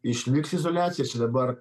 išliks izoliacija čia dabar